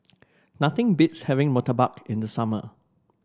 nothing beats having Murtabak in the summer